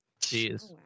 Jeez